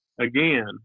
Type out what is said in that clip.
again